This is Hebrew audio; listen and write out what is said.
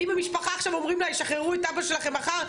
אם המשפחה עכשיו אומרים לה שישחררו את אבא שלכם מחר,